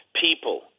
people